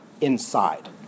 inside